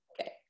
okay